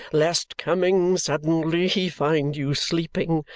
lest coming suddenly he find you sleeping.